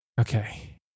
okay